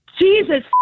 Jesus